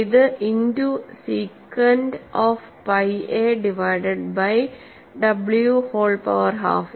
ഇത് into secant of pi a divided by w whole power half